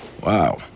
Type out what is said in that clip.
Wow